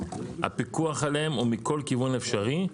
הפיקוח עליהם הוא מכל כיוון אפשרי,